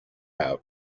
out